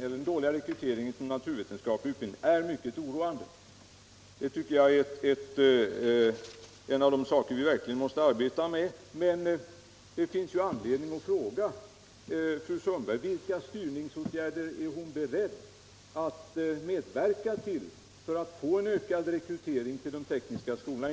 den dåliga rekryteringen till naturvetenskaplig utbildning är mycket oroande. Det är en av de saker vi verkligen måste arbeta med. Men det finns anledning att fråga: Vilka styrningsåtgärder är fru Sundberg beredd a medverka till för att få en ökad rekrytering till de tekniska skolorna?